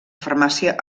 farmàcia